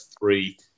three